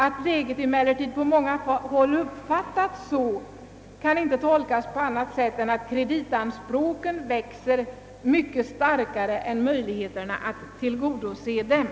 Att läget emellertid på många håll uppfattats så, synes inte kunna tolkas på annat sätt än att kreditanspråken växer så mycket starkare än möjligheterna att tillgodose dem».